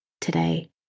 today